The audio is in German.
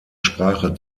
sprache